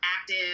active